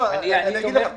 אני תומך בזה.